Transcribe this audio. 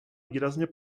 výrazně